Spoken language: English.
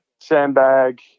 sandbag